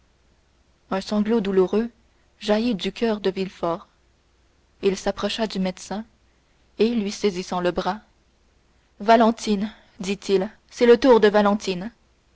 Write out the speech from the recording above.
un sanglot douloureux jaillit du coeur de villefort il s'approcha du médecin et lui saisissant le bras valentine dit-il c'est le tour de valentine